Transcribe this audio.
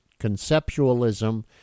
conceptualism